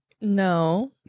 No